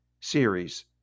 series